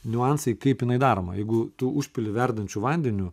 niuansai kaip jinai daroma jeigu tu užpili verdančiu vandeniu